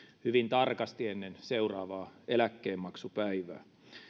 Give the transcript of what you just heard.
hyvin tarkasti ennen seuraavaa eläkkeenmaksupäivää